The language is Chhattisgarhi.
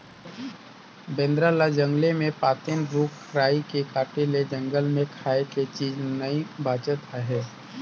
बेंदरा ल जंगले मे पातेन, रूख राई के काटे ले जंगल मे खाए के चीज नइ बाचत आहे